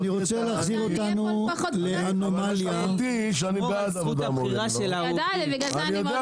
שמתי אותה רק בדבר אחד שהיא אוהבת את זה,